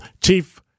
Chief